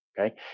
Okay